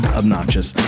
obnoxious